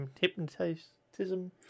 hypnotism